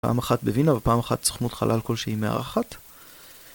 פעם אחת בווינה ופעם אחת סוכמות חלל כלשהי מארחת